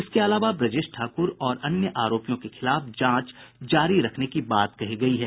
इसके अलावा ब्रजेश ठाकुर और अन्य आरोपियों के खिलाफ जांच जारी रखने की बात कही गयी है